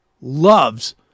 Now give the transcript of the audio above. loves